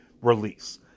release